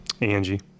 Angie